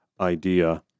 idea